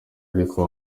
ariko